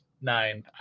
nine